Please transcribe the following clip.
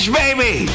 baby